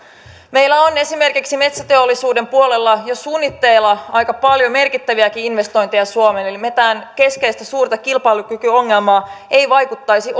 meillä on esimerkiksi metsäteollisuuden puolella jo suunnitteilla aika paljon merkittäviäkin investointeja suomeen eli mitään keskeistä suurta kilpailukykyongelmaa ei vaikuttaisi